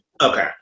Okay